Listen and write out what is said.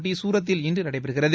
போட்டி சூரத்தில் இன்று நடைபெறுகிறது